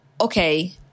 okay